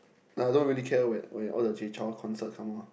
I don't really care when when all the Jay Chou concert come out